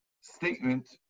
statement